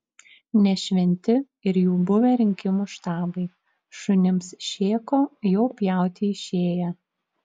ne šventi ir jų buvę rinkimų štabai šunims šėko jau pjauti išėję